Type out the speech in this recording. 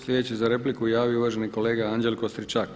Sljedeći se za repliku javio uvaženi kolega Anđelko Stričak.